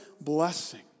blessing